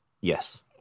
Yes